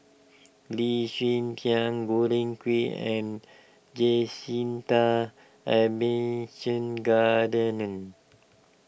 Lee Hsien Tian George Quek and Jacintha Abisheganaden